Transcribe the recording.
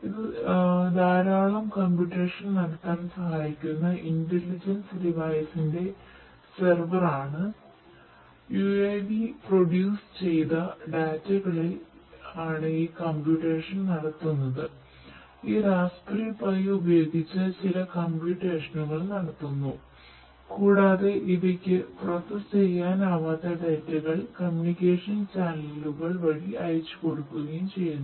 ഇത് ധാരാളം കമ്പ്യൂട്ടെഷൻ വഴി അയച്ചുകൊടുക്കുകയും ചെയ്യുന്നു